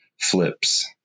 flips